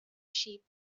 sheep